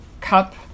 Cup